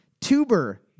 Tuber